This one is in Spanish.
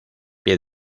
pie